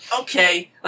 okay